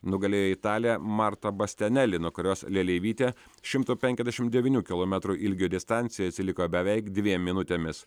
nugalėjo italė marta basteneli nuo kurios leleivytė šimto penkiasdešim devynių kilometrų ilgio distancijoj atsiliko beveik dviem minutėmis